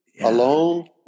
alone